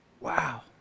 Wow